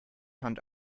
hunt